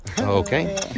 Okay